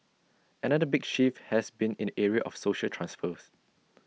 another big shift has been in the area of social transfers